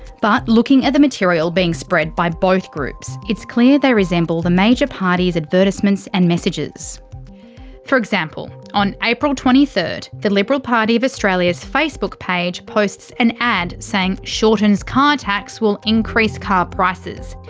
but looking at the material being spread by both groups, it's clear they resemble the major parties' advertisements and messages for example, on april twenty third, the liberal party of australia's facebook page posts an ad saying shorten's car tax will increase car prices.